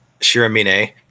Shiramine